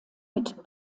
mit